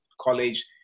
college